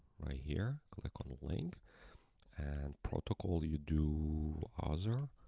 right here, click on link and protocol you do other,